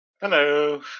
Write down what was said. Hello